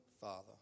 Father